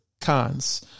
cons